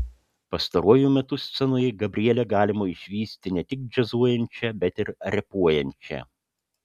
pastaruoju metu scenoje gabrielę galima išvysti ne tik džiazuojančią bet ir repuojančią